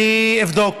אני אבדוק